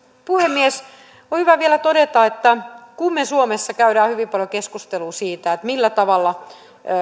puhemies voin vain vielä todeta että kun me suomessa käymme hyvin paljon keskustelua siitä millä tavalla